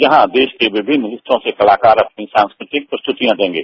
यहां देश के विभिन्न हिस्सों के कलाकार अपनी सांस्कृतिक प्रस्तुतियां देंगे